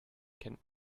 kennt